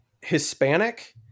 Hispanic